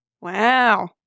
Wow